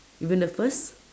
you mean the first